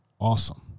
awesome